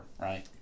right